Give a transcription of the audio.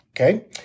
okay